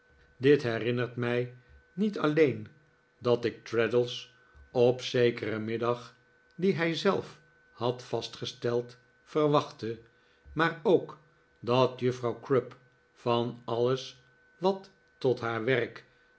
dit herinnert mij iiiet alleen dat ik traddles op zekeren middag dien hij zelf had vastgesteld verwachtte maar ook dat juffrouw crupp van alles wat tot haar werk